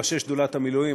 ראשי שדולת המילואים,